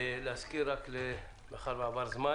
2. הצעת צו התעבורה (עבירות קנס)(תיקון),